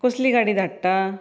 कसली गाडी धाडटा